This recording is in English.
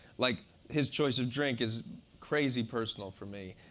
like his choice of drink is crazy personal for me.